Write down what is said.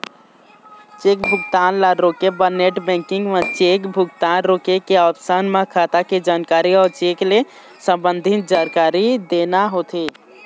cheque भुगतान ल रोके बर नेट बेंकिंग म चेक भुगतान रोके के ऑप्सन म खाता के जानकारी अउ चेक ले संबंधित जानकारी देना होथे